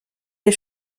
les